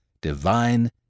Divine